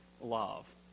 love